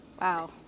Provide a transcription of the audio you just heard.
Wow